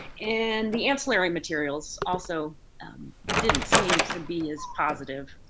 and the ancillary materials also didn't seem to be as positive.